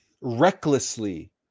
recklessly